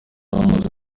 bamaze